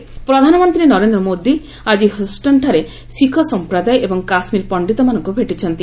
PM ଇଞ୍ଝରଆକୁନ ପ୍ରଧାନମନ୍ତ୍ରୀ ନରେନ୍ଦ୍ର ମୋଦି ଆଜି ହଷ୍ଟନଠାରେ ଶିଖ ସମ୍ପ୍ରଦାୟ ଏବଂ କାଶୁୀର ପଣ୍ଡିତମାନଙ୍କ ଭେଟିଛନ୍ତି